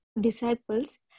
disciples